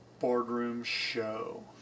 BoardroomShow